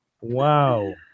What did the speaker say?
wow